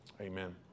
amen